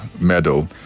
medal